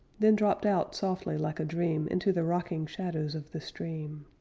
then dropped out softly like a dream into the rocking shadows of the stream.